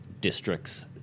districts